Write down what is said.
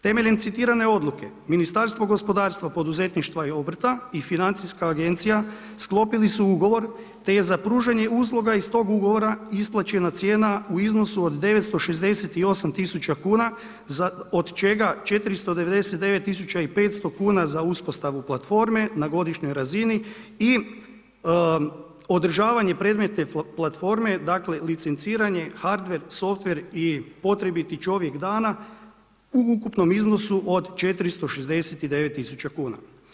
Temeljem citirane odluke, Ministarstvo gospodarstva, poduzetništva i obrta i Financijska agencija, sklopili su ugovor te za pružanje usluga iz tog ugovora isplaćena cijena u iznosu od 968 000 kuna od čega 499 500 kuna za uspostavu platforme na godišnjoj razini i održavanje predmetne platforme, dakle licenciranje hardver, softver i potrebiti čovjek dana u ukupnom iznosu od 469 000 kuna.